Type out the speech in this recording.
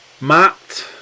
Matt